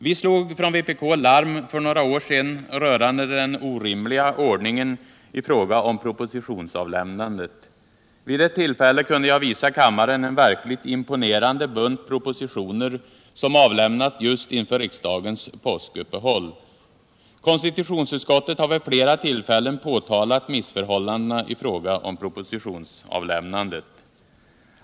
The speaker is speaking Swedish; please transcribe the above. Vi slog från vpk larm för några år sedan rörande den orimliga ordningen i fråga om propositionsavlämnandet. Vid ett tillfälle kunde jag visa kammaren en verkligt imponerande bunt propositioner som avlämnats just inför riksdagens påskuppehåll. Konstitutionsutskottet har vid flera tillfällen påtalat missförhållandena i fråga om propositionsavlämnandet.